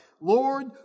Lord